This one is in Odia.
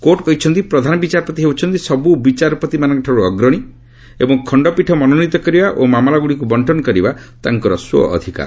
କୋର୍ଟ କହିଛନ୍ତି ପ୍ରଧାନ ବିଚାରପତି ହେଉଛନ୍ତି ସବୁ ବିଚାରପତିମାନଙ୍କଠାରୁ ଅଗ୍ରଣୀ ଏବଂ ଖଣ୍ଡପୀଠ ମନୋନୀତ କରିବା ଓ ମାମଲାଗୁଡ଼ିକୁ ବଣ୍ଟନ ତାଙ୍କର ସ୍ୱ ଅଧିକାର